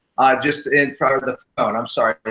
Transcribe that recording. just in probably the phone i'm sorry.